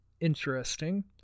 Interesting